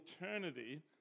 eternity